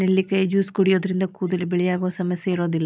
ನೆಲ್ಲಿಕಾಯಿ ಜ್ಯೂಸ್ ಕುಡಿಯೋದ್ರಿಂದ ಕೂದಲು ಬಿಳಿಯಾಗುವ ಸಮಸ್ಯೆ ಇರೋದಿಲ್ಲ